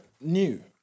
new